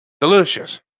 Delicious